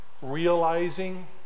Realizing